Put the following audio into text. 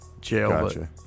jail